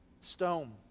Stone